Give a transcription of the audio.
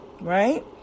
right